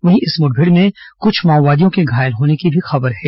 वहीं इस मुठभेड़ में कुछ माओवादियों के घायल होने की भी खबर है